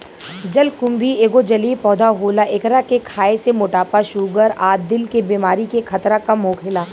जलकुम्भी एगो जलीय पौधा होला एकरा के खाए से मोटापा, शुगर आ दिल के बेमारी के खतरा कम होखेला